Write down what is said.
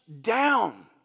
down